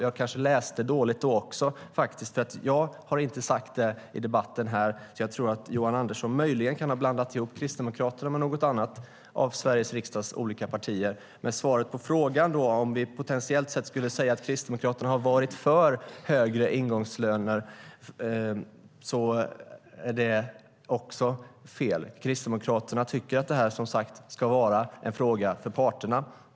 Jag kanske läste dåligt, men jag har inte sagt det i debatten. Jag tror att Johan Andersson möjligen kan ha blandat ihop Kristdemokraterna med något annat av Sveriges riksdags olika partier. Men när det gäller svaret på frågan, om vi potentiellt sett skulle säga att Kristdemokraterna har varit för lägre ingångslöner, så är det också fel. Kristdemokraterna tycker som sagt att det här ska vara en fråga för parterna.